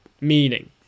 meaning